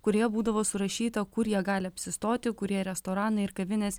kurie būdavo surašyta kur jie gali apsistoti kurie restoranai ir kavinės